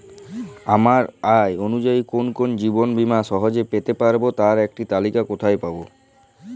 আমার আয় অনুযায়ী কোন কোন জীবন বীমা সহজে পেতে পারব তার একটি তালিকা কোথায় পাবো?